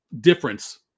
difference